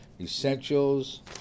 essentials